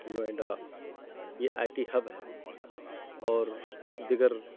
نوئیڈا یہ I T hub ہے اور دیگر